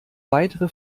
weitere